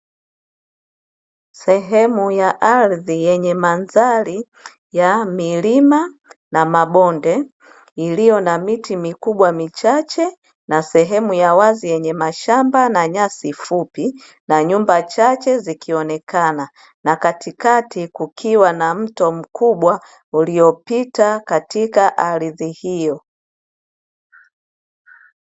Sehemu ya ardhi yenye mandhari ya milima na mabonde iliyo na miti mikubwa michache, na sehemu ya wazi yenye mashamba na nyasi fupi, na nyumba chache zikionekana; na katikati kukiwa na mto mkubwa uliyopita katika ardhi hiyo.